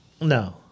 No